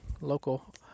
local